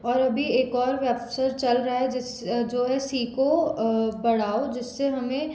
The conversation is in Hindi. और अभी एक और अवसर चल रहा है जिस जो है सीखो पढ़ाओ जिससे हमें